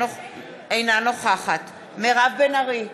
אינה נוכחת מירב בן ארי,